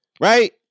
Right